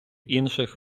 інших